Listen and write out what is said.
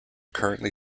currently